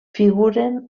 figuren